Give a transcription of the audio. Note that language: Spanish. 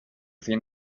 fin